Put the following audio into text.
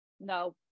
No